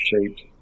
shaped